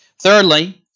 Thirdly